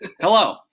Hello